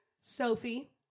Sophie